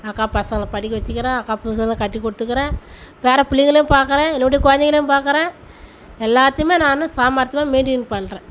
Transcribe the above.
அக்கா பசங்களை படிக்க வச்சு இருக்கிறேன் அக்கா பசங்களை கட்டி கொடுத்து இருக்கிறேன் பேர பிள்ளைங்களையும் பார்க்குறேன் என்னுடைய குழந்தைங்களையும் பார்க்குறேன் எல்லாத்தையுமே நான் சாமர்த்தியமாக மெயின்டெயின் பண்ணுறேன்